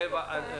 גבע אלון.